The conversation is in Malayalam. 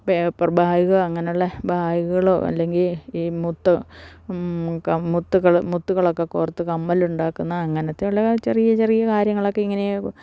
പേപ്പർ ബാഗ് അങ്ങനെയുള്ള ബായ്ഗ്കളോ അല്ലെങ്കില് ഈ മുത്തോ മുത്തുകള് മുത്തുകളൊക്കെ കോര്ത്ത് കമ്മലുണ്ടാക്കുന്നത് അങ്ങനത്തെയുള്ള ചെറിയ ചെറിയ കാര്യങ്ങളൊക്കെ ഇങ്ങനെ